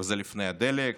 וזה לפני הדלק